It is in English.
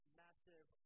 massive